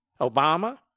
Obama